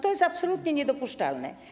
To jest absolutnie niedopuszczalne.